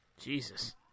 Jesus